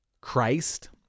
Christ